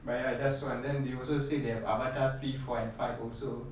but ya just one then they also say they have avatar three four and five also